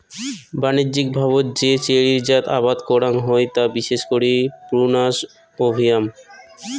বাণিজ্যিকভাবত যে চেরির জাত আবাদ করাং হই তা বিশেষ করি প্রুনাস অভিয়াম